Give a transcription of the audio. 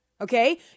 Okay